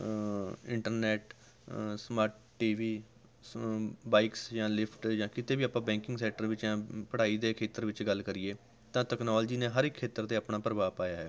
internet smart T V ਸ bikes ਜਾਂ lift ਜਾਂ ਕਿਤੇ ਵੀ ਆਪਾਂ ਬੈਂਕਿੰਗ ਸੈਕਟਰ ਵਿੱਚ ਜਾਂ ਪੜ੍ਹਾਈ ਦੇ ਖੇਤਰ ਵਿੱਚ ਗੱਲ ਕਰੀਏ ਤਾਂ ਤਕਨਾਲੋਜੀ ਨੇ ਹਰ ਇੱਕ ਖੇਤਰ 'ਤੇ ਆਪਣਾ ਪ੍ਰਭਾਵ ਪਾਇਆ ਹੈ